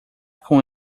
com